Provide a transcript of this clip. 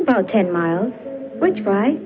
about ten miles which by